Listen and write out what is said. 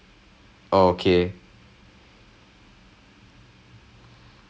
and then maybe we'll start க்கு வந்து ஒரு:kku vanthu oru scenario கொடுப்பாங்கே:kodupaangae just do !wah! that [one] all